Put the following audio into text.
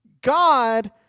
God